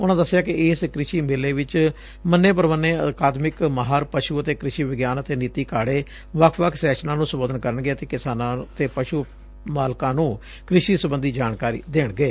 ਉਨਾਂ ਦਸਿਆ ਕਿ ਇਸ ਕ੍ਰਿਸੀ ਮੇਲੇ ਵਿਚ ਮੰਨੇ ਪੁਮੰਨੇ ਅਕਾਦਮਿਕ ਮਾਹਰ ਪਸੁ ਅਤੇ ਕਿਸੀ ਵਿਗਿਆਨ ਅਤੇ ਨੀਤੀ ਘਾੜੇ ਵਖ ਵੱਖ ਸੈਸ਼ਨਾਂ ਨੂੰ ਸੰਬੋਧਨ ਕਰਨਗੇ ਅਤੇ ਕਿਸਾਨਾਂ ਤੇ ਪਸ੍ਜ ਮਾਲਕਾਂ ਨੂੰ ਕਿਸੀ ਸਬੰਧੀ ਜਾਣਕਾਰੀ ਦੇਣਗੇ